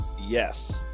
yes